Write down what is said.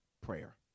prayer